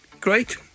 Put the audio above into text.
Great